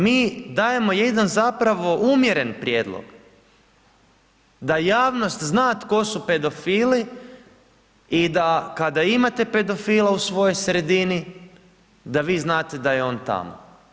Mi dajemo jedan zapravo umjeren prijedlog, da javnost zna tko su pedofili i da kada imate pedofila u svojoj sredini, da vi znate da je on tamo.